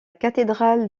cathédrale